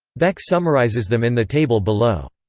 beck summarizes them in the table below.